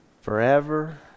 forever